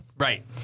Right